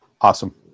Awesome